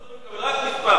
רק מספר.